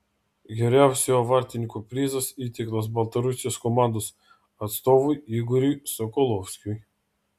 geriausiojo vartininko prizas įteiktas baltarusijos komandos atstovui igoriui sokolovskiui